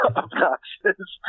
obnoxious